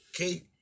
Okay